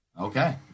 Okay